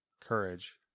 Courage